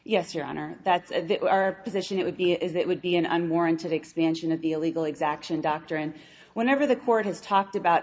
yes your honor that's our position it would be is it would be an unwarranted expansion of the illegal exaction doctrine whenever the court has talked about